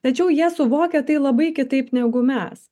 tačiau jie suvokia tai labai kitaip negu mes